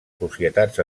societats